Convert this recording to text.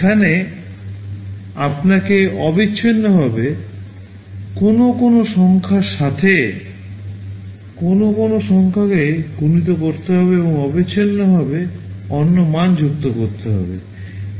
সেখানে আপনাকে অবিচ্ছিন্নভাবে কোনও কোনও সংখ্যার সাথে কোনও সংখ্যাকে গুণিত করতে হবে এবং অবিচ্ছিন্নভাবে অন্য মান যুক্ত করতে হবে